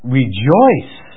rejoice